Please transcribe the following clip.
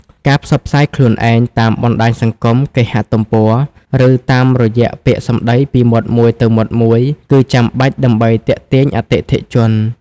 ការផ្សព្វផ្សាយខ្លួនឯង តាមបណ្តាញសង្គម គេហទំព័រ ឬតាមរយៈពាក្យសម្តីពីមាត់មួយទៅមាត់មួយ គឺចាំបាច់ដើម្បីទាក់ទាញអតិថិជន។